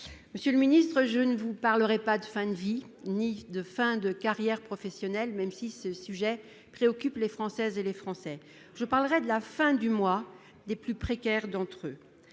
Monsieur le Ministre, je ne vous parlerai pas de fin de vie, ni de fin de carrière professionnelle, même si ce sujet préoccupe les Françaises et les Français, je parlerais de la fin du mois des plus précaires d'entre eux